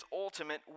ultimate